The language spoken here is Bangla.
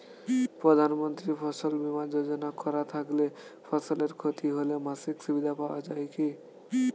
প্রধানমন্ত্রী ফসল বীমা যোজনা করা থাকলে ফসলের ক্ষতি হলে মাসিক সুবিধা পাওয়া য়ায় কি?